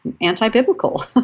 anti-biblical